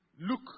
look